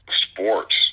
sports